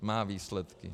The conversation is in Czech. Má výsledky.